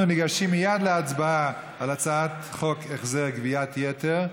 אנחנו ניגשים מייד להצבעה על הצעת חוק החזר גביית יתר.